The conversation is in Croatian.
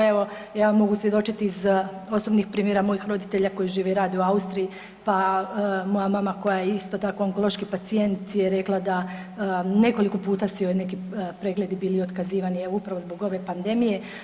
Evo ja vam mogu svjedočiti iz osobnih primjera mojih roditelja koji žive i rade u Austriji, pa moja mama koja je isto tako onkološki pacijent je rekla da nekoliko puta su joj neki pregledi bili otkazivani evo upravo zbog ove pandemije.